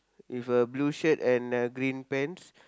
with a blue shirt and uh green pants